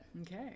Okay